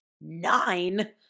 nine